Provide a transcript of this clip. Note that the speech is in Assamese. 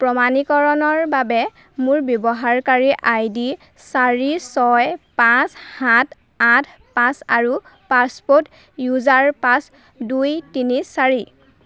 প্ৰমাণীকৰণৰ বাবে মোৰ ব্যৱহাৰকাৰী আই ডি চাৰি ছয় পাঁচ সাত আঠ পাঁচ আৰু পাছৱৰ্ড ইউজাৰ পাছ দুই তিনি চাৰি